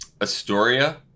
Astoria